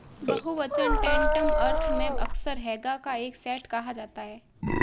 बहुवचन टैंटम अर्थ में अक्सर हैगा का एक सेट कहा जाता है